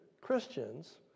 Christians